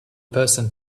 person